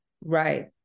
Right